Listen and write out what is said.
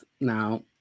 Now